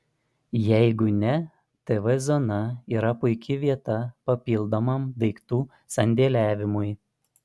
jeigu ne tv zona yra puiki vieta papildomam daiktų sandėliavimui